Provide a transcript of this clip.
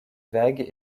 vagues